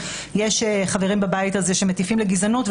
יש חברים בבית הזה שמטיפים לגזענות,